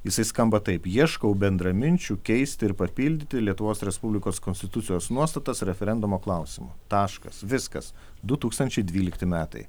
jisai skamba taip ieškau bendraminčių keisti ir papildyti lietuvos respublikos konstitucijos nuostatas referendumo klausimu taškas viskas du tūkstančiai dvylikti metai